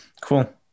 cool